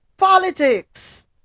politics